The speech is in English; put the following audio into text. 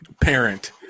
parent